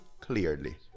clearly